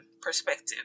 perspective